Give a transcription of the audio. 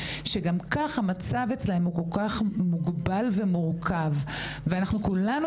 שגם כך המצב אצלם כל כך מוגבל ומורכב וכולנו